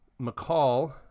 McCall